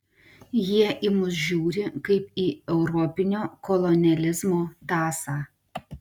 jie į mus žiūri kaip į europinio kolonializmo tąsą